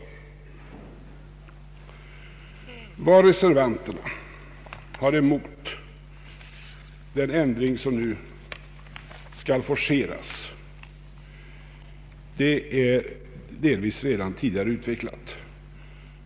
Vad reservanterna har emot den ändring som nu skall forceras fram är delvis redan tidigare utvecklat.